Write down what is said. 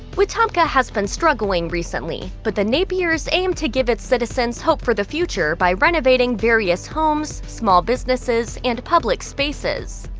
wetumpka has been struggling recently, but the napiers aimed to give its citizens hope for the future by renovating various homes, small businesses, and public spaces.